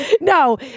No